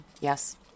yes